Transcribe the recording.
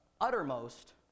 uttermost